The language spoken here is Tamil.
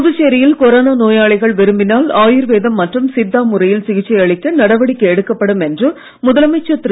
புதுச்சேரியில் கொரோனா நோயாளிகள் விரும்பினால் ஆயுர்வேதம் மற்றும் சித்தா முறையில் சிகிச்சை அளிக்க நடவடிக்கை எடுக்கப்படும் என்று முதலமைச்சர் திரு